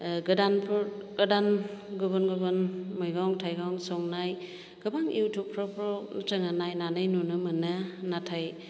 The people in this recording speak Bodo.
गोदान गुबुन गुबुन मैगं थाइगं संनाय गोबां युटुबफोराव जोङो नायनानै नुनो मोनो नाथाय